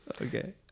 Okay